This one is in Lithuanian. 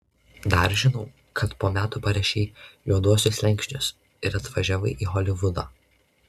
dar žinau kad po metų parašei juoduosius slenksčius ir atvažiavai į holivudą